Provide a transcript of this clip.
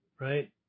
right